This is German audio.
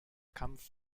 kampf